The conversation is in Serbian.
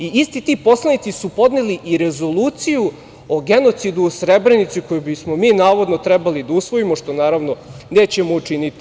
Isti ti poslanici su podneli i Rezoluciju o genocidu u Srebrenici koju bismo mi, navodno, trebali da usvojimo, što naravno nećemo učiniti.